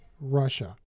Russia